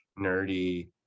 nerdy